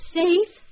safe